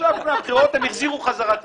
עכשיו בבחירות הם החזירו בחזרה.